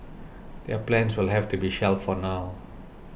their plans will have to be shelved for now